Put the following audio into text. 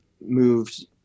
moved